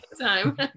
time